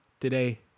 today